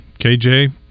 KJ